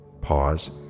Pause